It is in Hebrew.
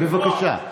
בבקשה.